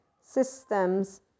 systems